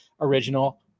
original